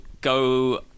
go